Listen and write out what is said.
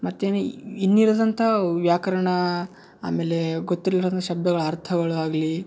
ಮತ್ತು ಏನು ಈ ಇನ್ನಿರದಂಥ ವ್ಯಾಕರಣ ಆಮೇಲೆ ಗೊತ್ತಿಲ್ಲದ ಶಬ್ದಗಳ ಅರ್ಥಗಳಾಗಲಿ